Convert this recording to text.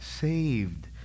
saved